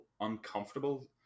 uncomfortable